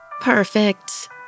Perfect